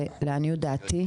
לעניות דעתי,